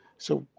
so,